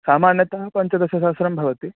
सामान्यतः पञ्चदशसहस्रं भवति